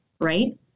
right